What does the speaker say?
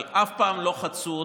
אבל אף פעם לא חצו אותו,